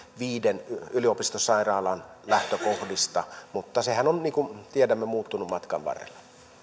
viiden yliopistosairaalan lähtökohdista mutta sehän on niin kuin tiedämme muuttunut matkan varrella